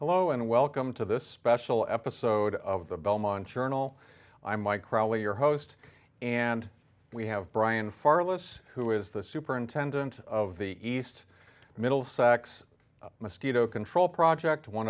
llo and welcome to this special episode of the belmont journal i'm mike riley your host and we have brian far less who is the superintendent of the east middlesex mosquito control project one